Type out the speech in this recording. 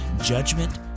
judgment